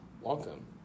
Welcome